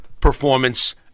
Performance